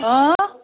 অঁ